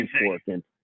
important